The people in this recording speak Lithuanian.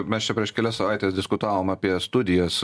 mes čia prieš kelias savaites diskutavom apie studijas